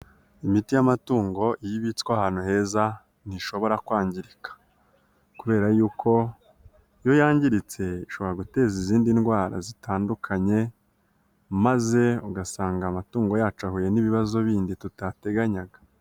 Imiti y'amatungo iyo ibitswe ahantu heza ntishobora kwangirika kubera yuko iyo yangiritse ishobora guteza izindi ndwara zitandukanye maze ugasanga amatungo yacu ahuye n'ibibazo bindi tutateganyaga.